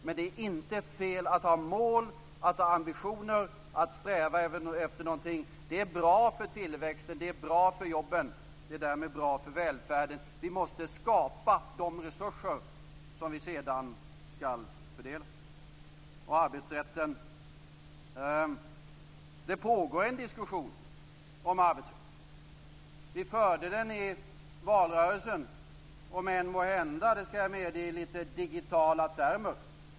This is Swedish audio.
Men det är inte fel att ha mål, att ha ambitioner, att sträva efter någonting. Det är bra för tillväxten, det är bra för jobben och det är därmed bra för välfärden. Vi måste skapa de resurser som vi sedan skall fördela. Det pågår en diskussion om arbetsrätten. Vi förde den i valrörelsen, om än - det skall jag medge - i litet digitala termer.